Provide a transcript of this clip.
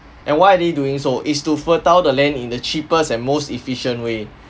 and why are they doing so is two fertile the land in the cheapest and most efficient way